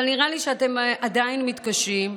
אבל נראה לי שאתם עדיין מתקשים,